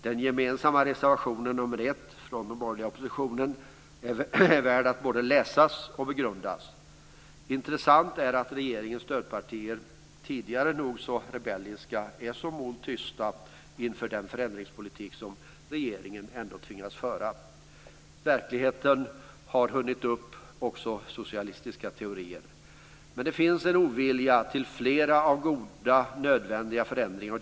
Den gemensamma reservationen 1 från den borgerliga oppositionen är värd att både läsa och begrunda. Intressant är att regeringens stödpartier, tidigare nog så rebelliska, är mol tysta inför den förändringspolitik som regeringen ändå tvingas föra. Verkligheten har hunnit upp också socialistiska teorier. Men det finns en ovilja till flera goda, nödvändiga förändringar.